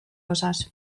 osas